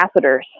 capacitors